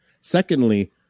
Secondly